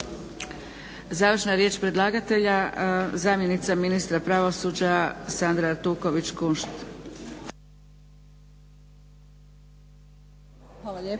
Završna riječ predlagatelja zamjenica ministra pravosuđa Sandra Artuković Kunšt. **Artuković